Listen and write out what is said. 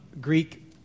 Greek